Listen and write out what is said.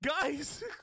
guys